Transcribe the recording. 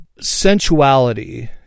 sensuality